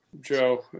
joe